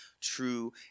true